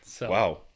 Wow